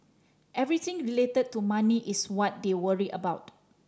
everything related to money is what they worry about